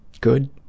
good